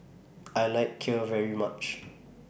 I like Kheer very much